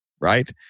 right